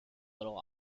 little